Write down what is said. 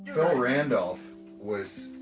phil randolph was,